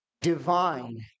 divine